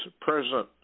present